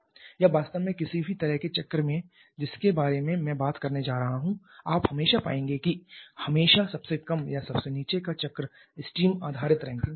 या वास्तव में किसी भी तरह के चक्र में जिसके बारे में मैं बात करने जा रहा हूं आप हमेशा पाएंगे कि हमेशा सबसे कम या सबसे नीचे का चक्र स्टीम आधारित रैंकिन चक्र है